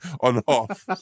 on-off